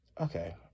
Okay